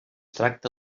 tracta